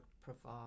provide